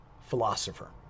philosopher